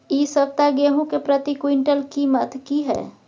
इ सप्ताह गेहूं के प्रति क्विंटल कीमत की हय?